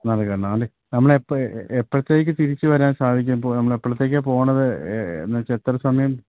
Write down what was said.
നാലരയ്ക്കു വരണം അല്ലേ നമ്മള് എപ്പോള് എപ്പോഴത്തേക്കു തിരിച്ചു വരാൻ സാധിക്കും ഇപ്പോള് നമ്മൾ എപ്പോഴത്തേക്കാണു പോകുന്നത് എന്നുവച്ചാല് എത്ര സമയം